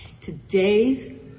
Today's